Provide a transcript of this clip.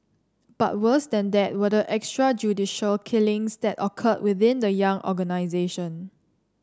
but worse than that were the extrajudicial killings that occurred within the young organisation